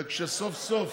וכשסוף-סוף